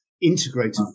integrated